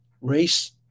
race